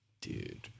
Dude